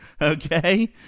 Okay